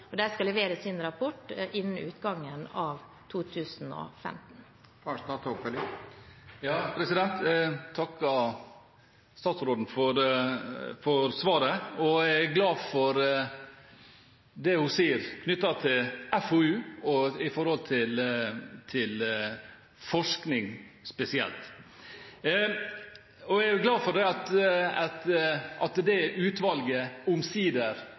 De skal levere sin rapport innen utgangen av 2015. Jeg takker statsråden for svaret, og jeg er glad for det hun sier knyttet til FoU og til forskning spesielt. Jeg er glad for at det utvalget omsider er nedsatt, men jeg vil følge opp med et mer detaljert spørsmål. Vi vet at det